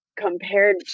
compared